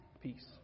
peace